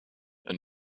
and